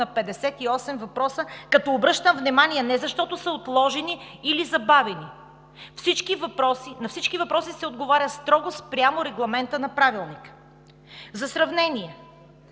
на 58 въпроса, като обръщам внимание – не защото са отложени или забавени! На всички въпроси се отговаря строго спрямо регламента на Правилника! За сравнение: